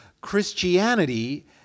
Christianity